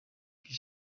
qui